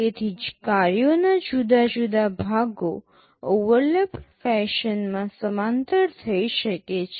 તેથી કાર્યોના જુદા જુદા ભાગો ઓવરલેપ્ડ ફેશનમાં સમાંતર થઈ શકે છે